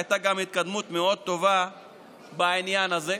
הייתה גם התקדמות מאוד טובה בעניין הזה.